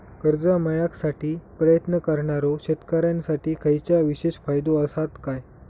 कर्जा मेळाकसाठी प्रयत्न करणारो शेतकऱ्यांसाठी खयच्या विशेष फायदो असात काय?